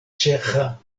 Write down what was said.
ĉeĥa